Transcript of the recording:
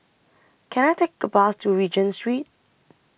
Can I Take A Bus to Regent Street